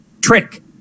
trick